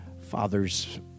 Father's